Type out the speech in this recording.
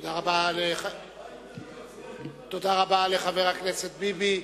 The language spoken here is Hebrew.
תודה רבה לחבר הכנסת ביבי.